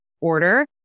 order